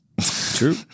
True